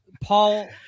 Paul